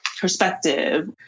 perspective